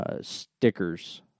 stickers